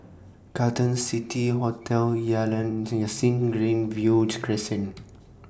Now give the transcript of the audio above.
Carlton City Hotel Yalan Sing Greenview Crescent